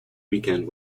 weekend